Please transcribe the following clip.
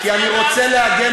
אני רוצה להגיד